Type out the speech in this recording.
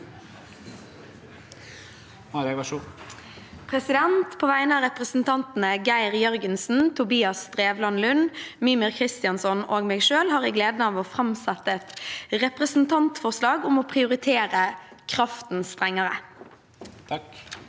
På vegne av represen- tantene Geir Jørgensen, Tobias Drevland Lund, Mímir Kristjánsson og meg selv har jeg gleden av å framsette et representantforslag om å prioritere kraften strengere.